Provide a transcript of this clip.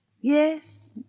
Yes